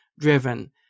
driven